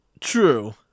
True